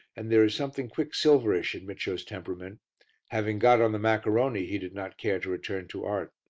and there is something quicksilverish in micio's temperament having got on the maccaroni he did not care to return to art.